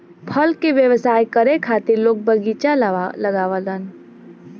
फल के व्यवसाय करे खातिर लोग बगीचा लगावलन